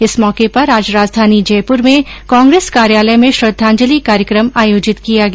इस मौके पर आज राजधानी जयपुर में कांग्रेस कार्यालय में श्रद्दाजंलि कार्यक्रम आयोजित किया गया